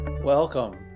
Welcome